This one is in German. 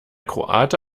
kroate